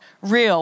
real